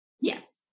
Yes